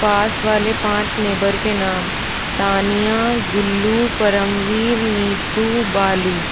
पास वाले पाँच नेबर के नाम तानिया गुल्लू परमवीर नीतू बालू